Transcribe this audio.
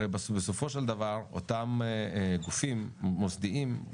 הרי בסופו של דבר אותם גופים מוסדיים,